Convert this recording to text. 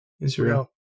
Israel